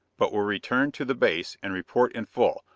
but will return to the base and report in full,